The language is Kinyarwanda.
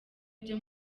byo